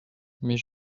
mais